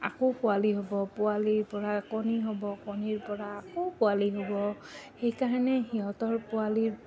আকৌ পোৱালী হ'ব পোৱালীৰপৰা কণী হ'ব কণীৰপৰা আকৌ পোৱালী হ'ব সেইকাৰণে সিহঁতৰ পোৱালীৰ